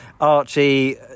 Archie